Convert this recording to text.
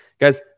Guys